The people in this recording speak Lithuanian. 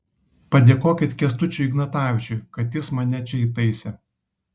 padėkokit kęstučiui ignatavičiui kad jis mane čia įtaisė